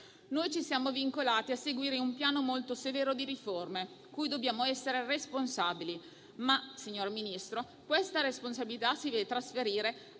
Ci siamo vincolati a seguire un piano molto severo di riforme, cui dobbiamo essere responsabili. Tuttavia, signor Ministro, questa responsabilità si deve trasferire